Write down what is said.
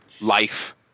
life